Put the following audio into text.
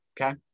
Okay